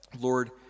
Lord